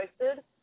posted